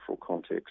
context